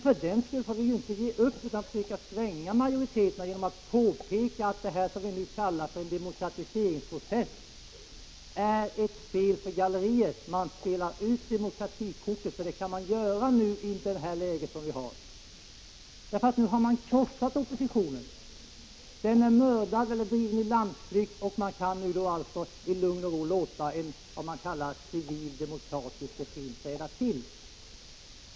För den skull får vi ju inte ge upp, utan måste försöka påverka majoriteten genom att framhålla att det som kallas för demokratiseringsprocess är ett spel för galleriet. Turkiet spelar ut demokratikortet. Det kan man göra i det läge som nu råder, därför att man har krossat oppositionen. Den är mördad eller driven i landsflykt. Man kan nu i lugn och ro låta en, som man kallar det, civil demokratisk regim träda till.